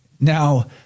now